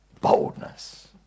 Boldness